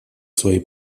свои